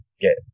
get